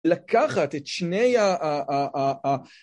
לקחת את שני ה...